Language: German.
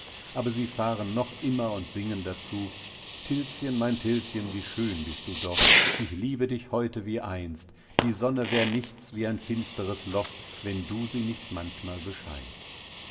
aber sie fahren noch immer und singen dazu tilschen mein tilschen wie schön bist du doch ich liebe dich heute wie einst die sonne wär nichts wie ein finsteres loch wenn du sie nicht manchmal bescheinst